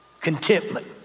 Contentment